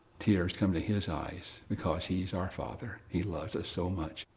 tears come to his eyes, because he's our father. he loves us so much.